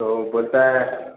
तो वो बोलता है